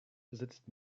besitzt